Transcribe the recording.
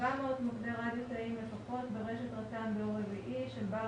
700 מוקדי רדיו תאיים לפחות ברשת רט"ן דור רביעי של בעל